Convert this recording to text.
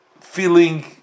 feeling